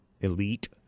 elite